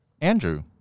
Andrew